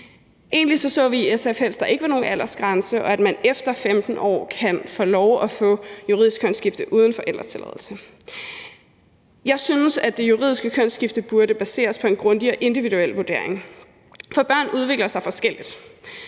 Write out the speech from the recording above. Egentlig så vi i SF helst, at der ikke var nogen aldersgrænse, og at man efter at være fyldt 15 år kan få lov at få juridisk kønsskifte uden forældretilladelse. Jeg synes, at juridisk kønsskifte burde baseres på en grundig og individuel vurdering, for børn udvikler sig forskelligt.